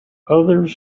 others